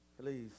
Please